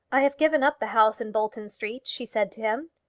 i have given up the house in bolton street, she said to him.